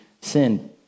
sin